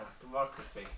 democracy